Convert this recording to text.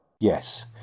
Yes